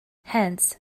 hence